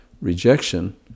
Rejection